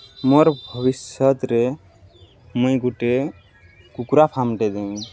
ମୋର୍ ଭବିଷ୍ୟତ୍ରେ ମୁଇଁ ଗୁଟେ କୁକ୍ରା ଫାର୍ମ୍ଟେ ଦେମି